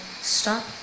stop